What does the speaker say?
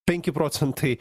penki procentai